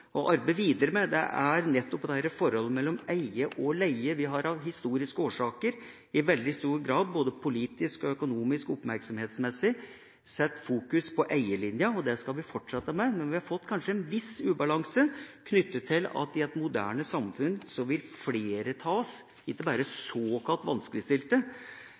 å arbeide videre med, og det er nettopp dette med forholdet mellom å eie og å leie. Vi har av historiske årsaker i veldig stor grad, oppmerksomhetsmessig både politisk og økonomisk, satt eielinja i fokus, og det skal vi fortsette med. Men vi har kanskje fått en viss ubalanse knyttet til at i et moderne samfunn vil flere av oss – ikke bare såkalt vanskeligstilte